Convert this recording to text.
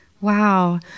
Wow